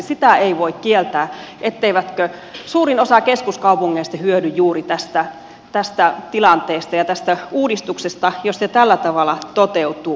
sitä ei voi kieltää etteikö suurin osa keskuskaupungeista hyödy juuri tästä tilanteesta ja tästä uudistuksesta jos se tällä tavalla toteutuu